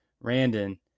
Randon